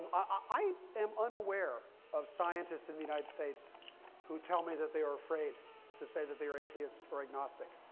i am unaware of scientists in the united states who tell me that they are afraid to say that they are atheist or agnostic,